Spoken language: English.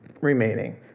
remaining